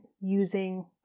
using